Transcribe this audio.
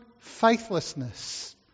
faithlessness